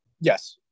yes